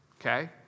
Okay